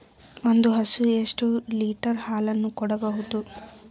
ಒಂದು ಹಸು ಎಷ್ಟು ಲೀಟರ್ ಹಾಲನ್ನು ಕೊಡಬಹುದು?